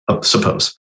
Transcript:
suppose